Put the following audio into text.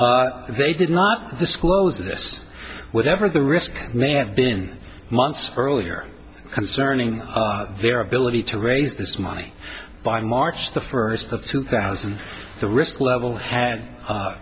but they did not disclose this whatever the risk may have been months earlier concerning their ability to raise this money by march the first of two thousand the risk level had